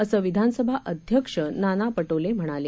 असं विधानसभा अध्यक्ष नाना पटोले म्हणाले